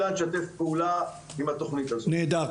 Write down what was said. נהדר.